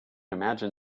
imagine